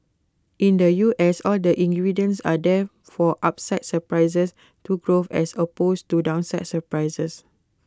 in the U S all the ingredients are there for upside surprises to growth as opposed to downside surprises